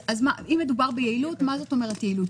אז אם מדובר ביעילות, מה זאת אומרת יעילות?